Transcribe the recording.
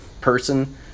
person